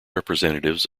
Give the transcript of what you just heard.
representatives